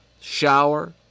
shower